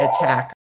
attack